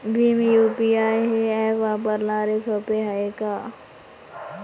Bhim UPI हे app वापराले सोपे हाय का?